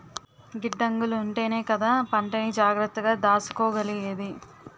గిడ్డంగులుంటేనే కదా పంటని జాగ్రత్తగా దాసుకోగలిగేది?